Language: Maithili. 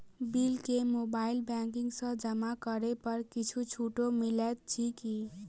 बिल केँ मोबाइल बैंकिंग सँ जमा करै पर किछ छुटो मिलैत अछि की?